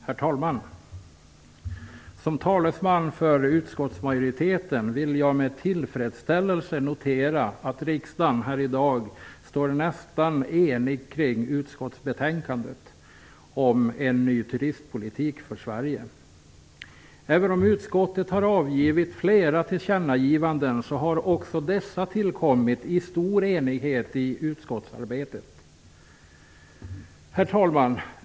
Herr talman! Som talesman för utskottsmajoriteten kan jag med tillfredsställelse notera att riksdagen här i dag står nästan enig kring utskottsbetänkandet om en ny turistpolitik för Sverige. Även om utskottet har avgivit flera tillkännagivanden har dessa tillkommit i stor enighet i utskottsarbetet. Herr talman!